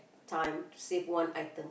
time save one item